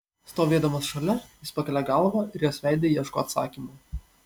stovėdamas šalia jis pakelia galvą ir jos veide ieško atsakymo